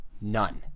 None